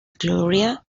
gloria